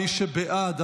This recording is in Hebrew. מי שבעד